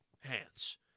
hands